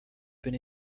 been